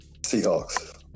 seahawks